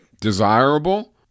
desirable